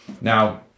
Now